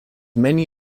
many